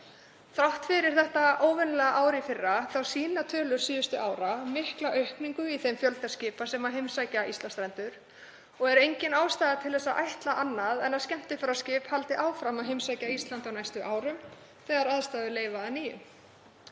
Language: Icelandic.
Þrátt fyrir þetta óvenjulega ár í fyrra þá sýna tölur síðustu ára mikla aukningu í þeim fjölda skipa sem heimsækja Íslandsstrendur og er engin ástæða til að ætla annað en að skemmtiferðaskip haldi áfram að heimsækja Ísland á næstu árum þegar aðstæður leyfa nýju.